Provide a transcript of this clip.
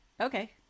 Okay